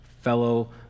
fellow